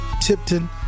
Tipton